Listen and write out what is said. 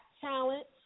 talent